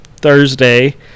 Thursday